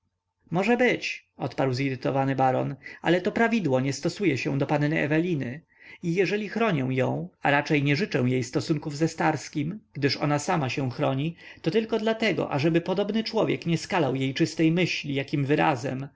może być odparł zirytowany baron ale to prawidło nie stosuje się do panny eweliny i jeżeli chronię ją a raczej nie życzę jej stosunków ze starskim gdyż ona sama się chroni to tylko dlatego ażeby podobny człowiek nie skalał jej czystej myśli jakim wyrazem